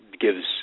gives